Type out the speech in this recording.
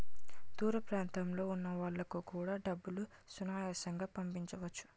దూర ప్రాంతంలో ఉన్న వాళ్లకు కూడా డబ్బులు సునాయాసంగా పంపించవచ్చు